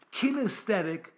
kinesthetic